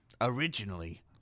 Originally